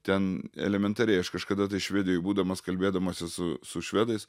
ten elementariai aš kažkada tai švedijoj būdamas kalbėdamasis su su švedais